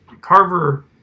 Carver